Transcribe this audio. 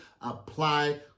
apply